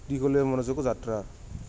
দীঘলীয়া মনোযোগ যাত্ৰা